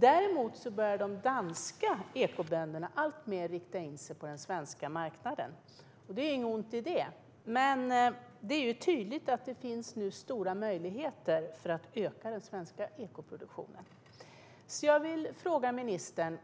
Däremot börjar de danska ekobönderna alltmer rikta in sig på den svenska marknaden. Det är inget ont i det, men det är tydligt att det nu finns stora möjligheter att öka den svenska ekoproduktionen. Jag vill fråga ministern: